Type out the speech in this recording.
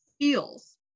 feels